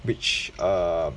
which err